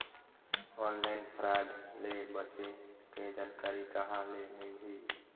Online fraud ले बचे के जानकारी कहां ले मिलही?